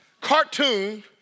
cartoon